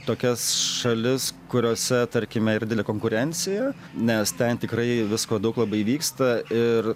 tokias šalis kuriose tarkime yra didelė konkurencija nes ten tikrai visko daug labai vyksta ir